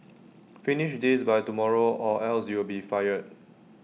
finish this by tomorrow or else you'll be fired